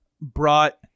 brought